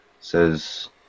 says